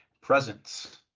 presence